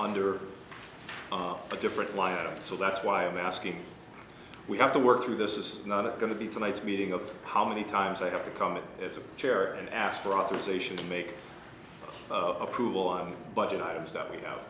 under a different wind so that's why i'm asking we have to work through this is not going to be tonight's meeting of how many times i have to come in as a chair and ask for authorization to make of approval on budget items that we have